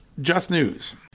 justnews